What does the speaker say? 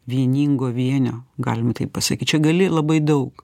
vieningo vienio galima taip pasakyt čia gali labai daug